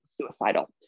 suicidal